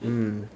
mm